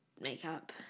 makeup